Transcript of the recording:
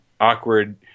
awkward